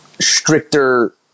stricter